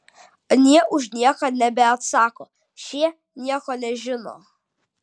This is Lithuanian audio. anie už nieką nebeatsako šie nieko nežino